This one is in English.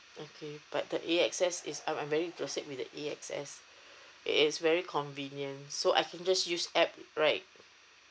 okay but the A_X_S is um I'm very very interested with the A_X_S it's very convenient so I can just use app right